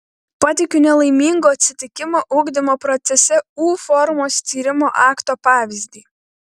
pateikiu nelaimingo atsitikimo ugdymo procese u formos tyrimo akto pavyzdį